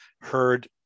heard